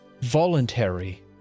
voluntary